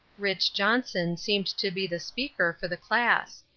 rich. johnson seemed to be the speaker for the class.